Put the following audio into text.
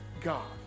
God